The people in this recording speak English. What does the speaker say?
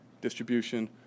distribution